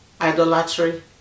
idolatry